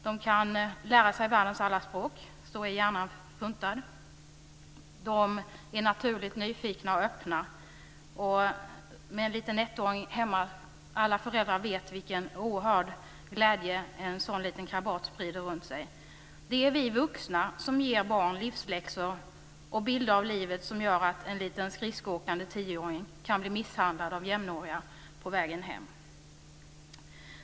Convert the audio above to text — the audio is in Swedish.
De kan lära sig världens alla språk - så är hjärnan funtad. De är naturligt nyfikna och öppna. Alla föräldrar vet vilken oerhörd glädje en liten ettårig krabat sprider. Det är vi vuxna som ger barn livsläxor och bilder av livet som gör att en liten skridskoåkande tioåring kan bli misshandlad av jämnåriga när han är på väg hem.